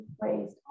raised